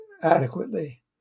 adequately